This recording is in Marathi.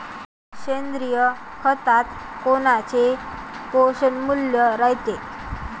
सेंद्रिय खतात कोनचे पोषनमूल्य रायते?